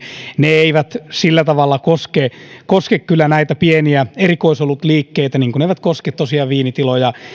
ne eivät sillä tavalla koske kyllä näitä pieniä erikoisolutliikkeitä niin kuin ne eivät tosiaan koske